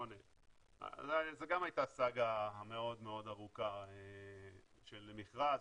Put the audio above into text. זו גם הייתה סאגה מאוד מאוד ארוכה של מכרז,